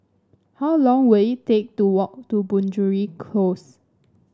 how long will it take to walk to Penjuru Close